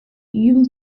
une